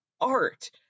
art